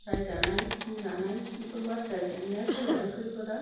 रायजानाय बुंजानाय बेफोर बाथ्राया जेंनाया फैयो आरो खैफोदा